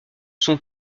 son